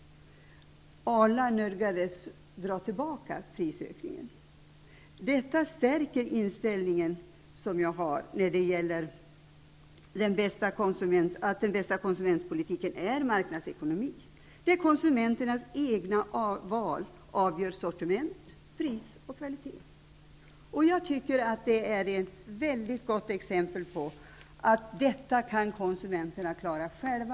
Arla nödgades dra tillbaka prishöjningen. Detta stärker min inställning till att den bästa konsumentpolitiken är marknadsekonomin, där konsumenternas egna val avgör sortiment, pris och kvalitet. Jag tycker att det är ett väldigt gott exempel på att konsumenterna kan klara detta själva.